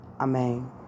Amen